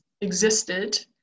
existed